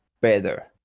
better